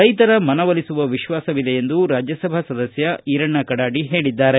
ರೈತರ ಮನವೊಲಿಸುವ ವಿಶ್ವಾಸವಿದೆ ಎಂದು ರಾಜ್ಯಸಭಾ ಸದಸ್ಯ ಈರಣ್ಣ ಕಡಾಡಿ ಹೇಳಿದ್ದಾರೆ